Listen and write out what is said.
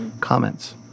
Comments